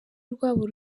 rwabo